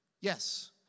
Yes